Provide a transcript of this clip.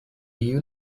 you